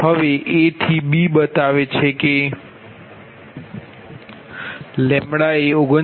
હવે A થી B બતાવે છે કે એ 39